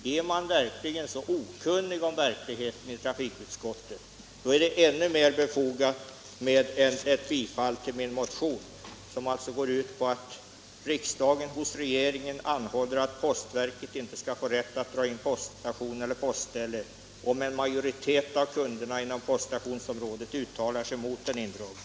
Är man i trafikutskottet så okunnig om verkligheten, då är det ännu mer befogat med ett bifall till min motion, där det alltså hemställs ”att riksdagen hos regeringen anhåller att postverket inte skall få rätt att dra in poststation eller postställe, om en majoritet av kunderna inom poststationsområdet uttalat sig mot en indragning”.